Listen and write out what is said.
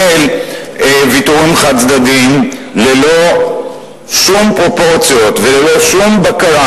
ויתורים חד-צדדיים ללא שום פרופורציות וללא שום בקרה.